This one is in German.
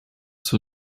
zur